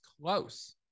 close